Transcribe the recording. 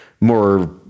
more